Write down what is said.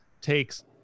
takes